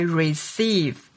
receive